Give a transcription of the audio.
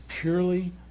purely